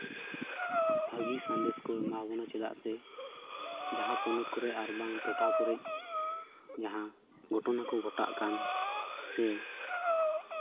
ᱵᱷᱟᱹᱜᱤ ᱥᱟᱸᱫᱮᱥ ᱠᱚ ᱮᱢᱟᱵᱚᱱᱟ ᱪᱮᱫᱟᱜ ᱥᱮ ᱡᱟᱦᱟᱸ ᱯᱚᱱᱚᱛ ᱠᱚᱨᱮ ᱟᱨᱵᱟᱝ ᱴᱚᱴᱷᱟ ᱠᱚᱨᱮ ᱡᱟᱦᱟᱸ ᱜᱷᱚᱴᱚᱱᱟ ᱠᱚ ᱜᱷᱚᱴᱟᱜ ᱠᱟᱱ ᱥᱮ